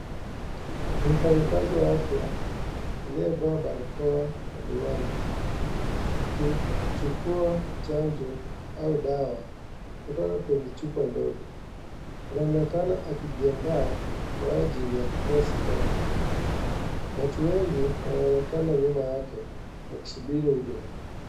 Mfanyakazi wa afya aliyevaa barakoa na miwani, akichukua chanjo au dawa kutoka kwenye chupa ndogo. Anaonekana akijiandaa kwa ajili ya kutoa sindano. Watu wengi wanaonekana yake wakisubiri huduma.